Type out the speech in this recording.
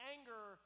Anger